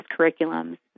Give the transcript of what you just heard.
curriculums